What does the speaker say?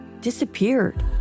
disappeared